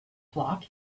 flock